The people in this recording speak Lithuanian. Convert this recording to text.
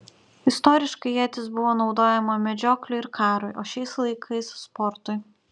istoriškai ietis buvo naudojama medžioklei ir karui o šiais laikais sportui